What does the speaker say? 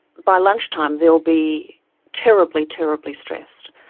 by lunchtime they will be terribly, terribly stressed.